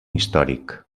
històric